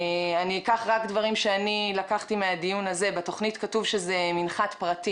אני אקח רק דברים מהדיון הזה: בתוכנית כתוב שזה מנחת פרטי